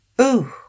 Ooh